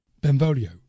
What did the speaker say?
Benvolio